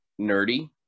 nerdy